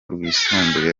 rwisumbuye